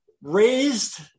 raised